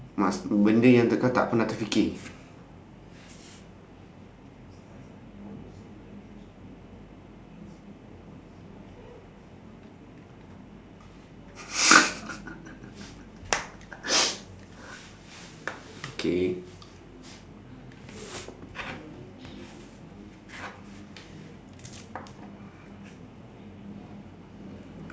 bende yang kau tak pernah terfikir